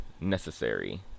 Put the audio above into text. necessary